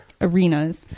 arenas